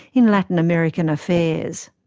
in latin american affairs.